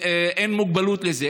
ואין הגבלות לזה.